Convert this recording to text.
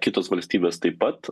kitos valstybės taip pat